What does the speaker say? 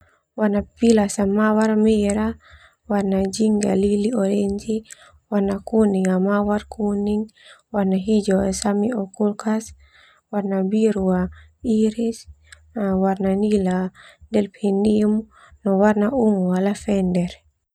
Warna pilas, mawar merah, warna jingga, lili, orinji, warna kuning, mawar kuning, warna hijau zamioculcas, warna biru iris, warna nila delphinium, no warna ungu lavender.